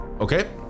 okay